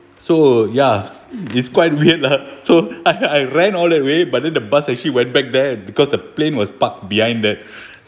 so ya it's quite weird lah so I I ran all that way but then the bus actually went back there because the plane was parked behind that